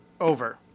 over